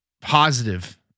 positive